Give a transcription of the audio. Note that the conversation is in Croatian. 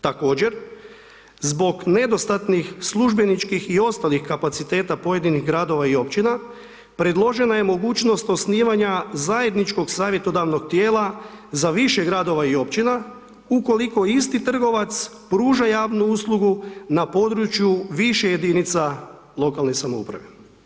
Također zbog nedostatnih službeničkih i ostalih kapaciteta pojedinih gradova i općina, predložena je mogućnost osnivanja zajedničkog savjetodavnog tijela za više gradova i općina, ukoliko isti trgovac pruža javnu uslugu, na području više jedinica lokalne samouprave.